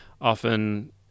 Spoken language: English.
often